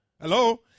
Hello